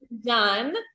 done